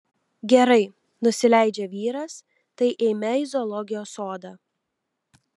gerai nusileidžia vyras tai eime į zoologijos sodą